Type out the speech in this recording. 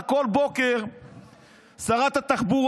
רק כל בוקר שרת התחבורה,